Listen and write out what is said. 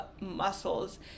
muscles